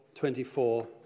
24